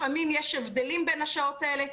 לפעמים יש הבדלים בין השעות האלה.